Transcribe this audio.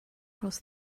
toward